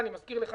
אני מזכיר לך,